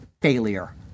failure